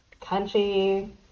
country